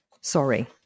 sorry